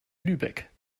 lübeck